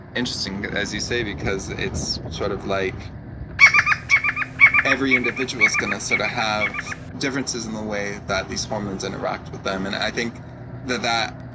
interesting, as you say, because it's sort of like every individual is going to so to have differences in the way that these hormones interact with them. and i think that that,